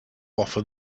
offer